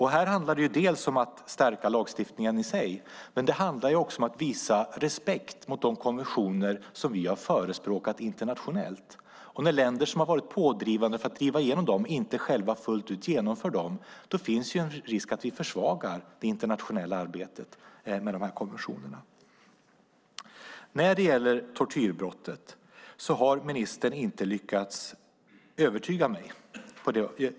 Här handlar det om att stärka lagstiftningen i sig, men det handlar också om att visa respekt för de konventioner som vi har förespråkat internationellt. När länder som har varit pådrivande för att få igenom dem inte själva fullt ut genomför dem finns ju en risk att vi försvagar det internationella arbetet med de här konventionerna. När det gäller tortyrbrottet har ministern inte lyckats övertyga mig.